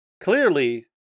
Clearly